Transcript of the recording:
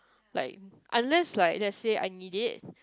like unless like let say I need it